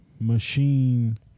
machine